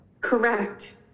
Correct